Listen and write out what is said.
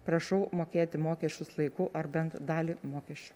prašau mokėti mokesčius laiku ar bent dalį mokesčių